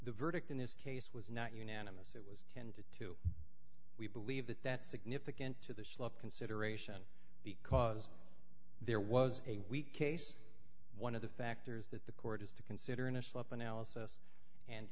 the verdict in this case was not unanimous it was ten to two we believe that that's significant to the slope consideration because there was a weak case one of the factors that the court has to consider in a